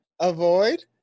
avoid